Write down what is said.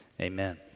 Amen